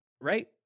right